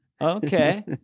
okay